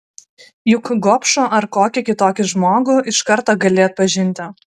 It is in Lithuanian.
juk gobšų ar kokį kitokį žmogų iš karto gali atpažinti